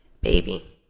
baby